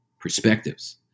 perspectives